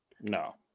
no